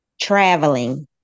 traveling